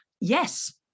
yes